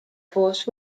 force